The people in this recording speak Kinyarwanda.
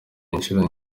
inshuro